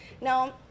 Now